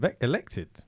elected